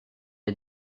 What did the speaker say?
est